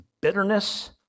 bitterness